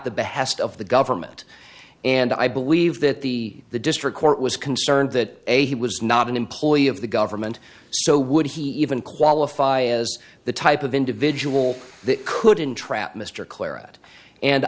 of the government and i believe that the the district court was concerned that a he was not an employee of the government so would he even qualify as the type of individual that could entrap mr clara and